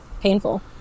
painful